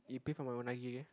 you pay for my unagi